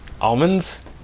Almonds